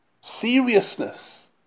Seriousness